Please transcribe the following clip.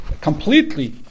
completely